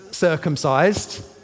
circumcised